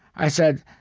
i said,